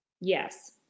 Yes